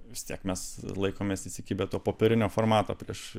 vis tiek mes laikomės įsikibę to popierinio formato prieš